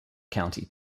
county